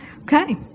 Okay